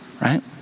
right